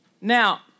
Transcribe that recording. Now